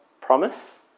promise